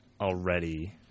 already